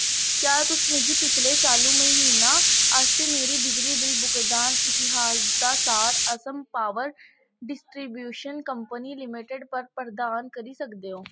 क्या तुस मिगी पिछले चालू म्हीना आस्तै मेरे बिजली बिल भुगतान इतिहास दा सार Assam power distribution company limited पर प्रदान करी सकदे ओ